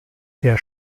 der